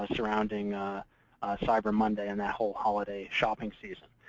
ah surrounding cyber monday and that whole holiday shopping season.